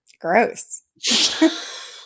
gross